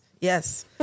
yes